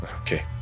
Okay